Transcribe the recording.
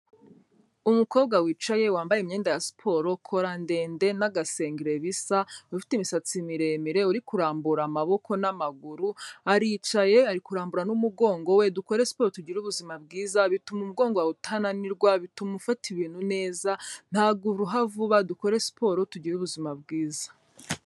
Umukobwa wicaye wambaye imyenda ya siporo, kora ndende n'agasengeri bisa, ufite imisatsi miremire uri kurambura amaboko n'amaguru, aricaye ari kurambura n'umugongo we. Dukore siporo tugire ubuzima bwiza bituma umugongo utananirwa, bituma ufata ibintu neza ntago uruha vuba. Dukore siporo tugire ubuzima bwiza.